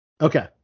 okay